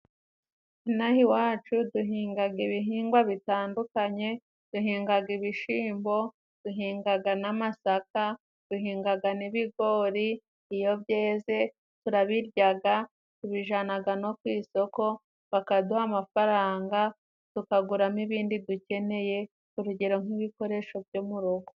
Inaha iwacu duhingaga ibihingwa bitandukanye. Duhingaga ibishimbo, duhingaga n'amasaka, duhingaga n'ibigori. Iyo byeze turabiryaga tubijanaga no ku isoko bakaduha amafaranga tukaguramo ibindi dukeneye, urugero nk'ibikoresho byo mu rugo.